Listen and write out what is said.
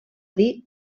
dir